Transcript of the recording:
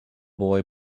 boy